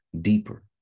deeper